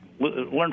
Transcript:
learn